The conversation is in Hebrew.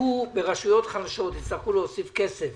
הצטרכו ברשויות חלשות להוסיף כסף